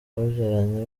babyaranye